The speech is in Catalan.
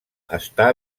està